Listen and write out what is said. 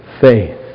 Faith